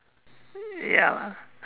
ya lah